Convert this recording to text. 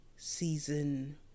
season